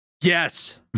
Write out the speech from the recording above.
Yes